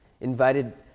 invited